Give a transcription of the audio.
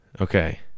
Okay